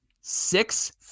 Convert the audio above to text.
six